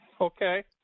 Okay